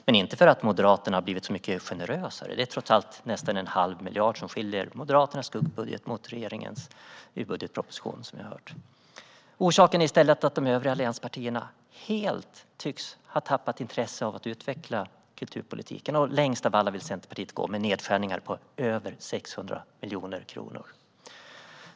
Men inte för att Moderaterna har blivit så mycket generösare - som vi har hört är det trots allt nästan en halv miljard som skiljer Moderaternas skuggbudget från regeringens i budgetpropositionen. Orsaken är i stället att de övriga allianspartierna helt tycks ha tappat intresset för att utveckla kulturpolitiken. Längst av alla vill Centerpartiet gå med nedskärningar på över 600 miljoner kronor.